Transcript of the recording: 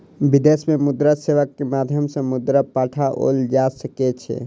विदेश में मुद्रा सेवा के माध्यम सॅ मुद्रा पठाओल जा सकै छै